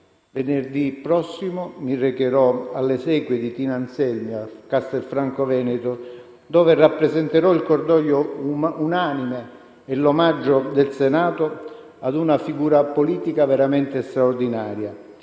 Venerdì prossimo mi recherò alle esequie di Tina Anselmi, a Castelfranco Veneto, dove rappresenterò il cordoglio unanime e l'omaggio del Senato a una figura politica veramente straordinaria: